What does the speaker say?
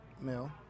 male